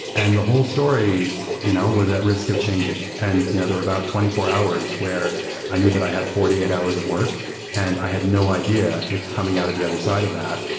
and the whole story you know was that risk of changing. and you know there are twenty four hours where i knew that i had forty eight hours of work and i had no idea if coming out of the other side of that,